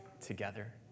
together